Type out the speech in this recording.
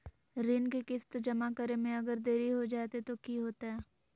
ऋण के किस्त जमा करे में अगर देरी हो जैतै तो कि होतैय?